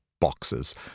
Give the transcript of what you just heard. boxes